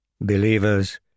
Believers